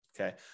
okay